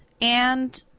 and.